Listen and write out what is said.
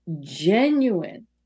genuine